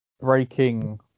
breaking